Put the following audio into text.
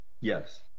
Yes